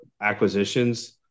acquisitions –